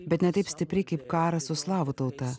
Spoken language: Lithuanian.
bet ne taip stipriai kaip karas su slavų tauta